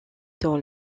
dans